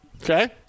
Okay